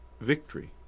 victory